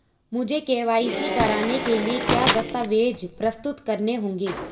मुझे के.वाई.सी कराने के लिए क्या क्या दस्तावेज़ प्रस्तुत करने होंगे?